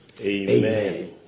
Amen